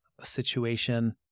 situation